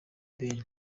ben